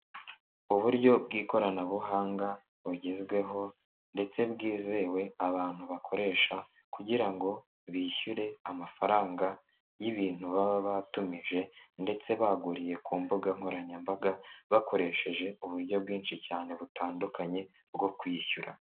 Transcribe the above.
Uburyo bw'ikoranabuhanga bugezweho, ndetse bwizewe abantu bakoresha, kugira ngo bishyure amafaranga y'ibintu baba batumije, ndetse baguriye ku mbuga nkoranyambaga, bakoresheje uburyo bwinshi cyane butandukanye bwo kwishyura.